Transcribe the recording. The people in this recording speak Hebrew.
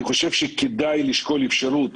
אני חושב שכדאי לשקול אפשרות